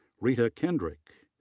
rita kendrick.